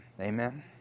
Amen